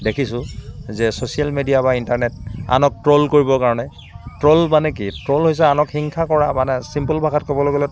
দেখিছোঁ যে social media বা ইণ্টানেট আনক ট্ৰল কৰিবৰ কাণে ট্ৰল মানে কি ট্ৰল হৈছে আনক হিংসা কৰা মানে চিম্পল ভাষাত ক'বলৈ গ'লে